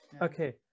Okay